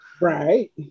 right